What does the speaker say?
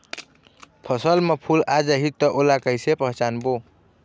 फसल म फूल आ जाही त ओला कइसे पहचानबो?